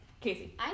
Casey